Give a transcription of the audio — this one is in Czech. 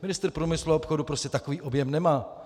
Ministr průmyslu a obchodu prostě takový objem nemá.